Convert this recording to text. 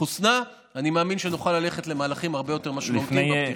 אני מאמין שנוכל ללכת למהלכים הרבה יותר משמעותיים בפתיחה.